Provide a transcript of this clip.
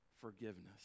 forgiveness